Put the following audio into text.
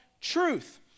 truth